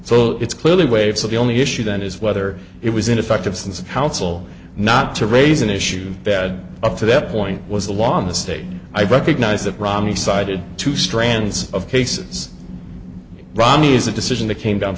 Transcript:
so it's clearly waves so the only issue then is whether it was ineffective since the counsel not to raise an issue bad up to that point was a law in the state i recognize that romney sided two strands of cases ronnie's a decision that came down